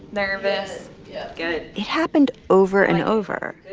nervous. yeah good it happened over and over.